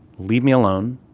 leave me alone.